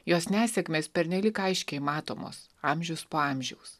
jos nesėkmės pernelyg aiškiai matomos amžius po amžiaus